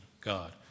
God